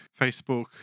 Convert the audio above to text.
facebook